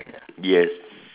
yes